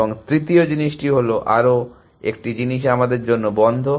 এবং তৃতীয় জিনিস হলো আরও একটি জিনিস আমাদের জন্য বন্ধ